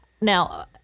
Now